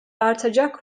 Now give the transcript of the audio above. artacak